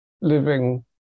living